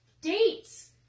dates